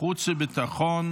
החוץ והביטחון